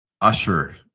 Usher